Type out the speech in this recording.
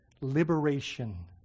liberation